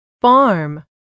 farm